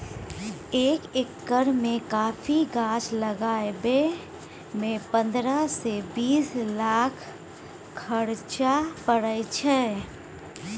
एक एकर मे कॉफी गाछ लगाबय मे पंद्रह सँ बीस लाखक खरचा परय छै